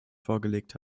vorgelegt